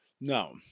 No